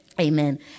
Amen